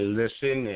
listen